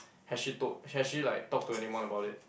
has she told has she like talked to anyone about it